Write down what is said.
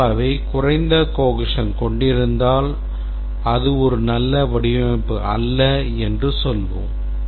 ஆனால் அவை குறைந்த cohesion கொண்டிருந்தால் அது ஒரு நல்ல வடிவமைப்பு அல்ல என்று சொல்வோம்